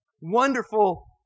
Wonderful